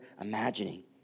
imagining